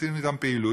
עושים אתן פעילות,